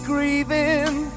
grieving